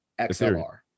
XLR